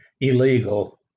illegal